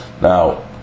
now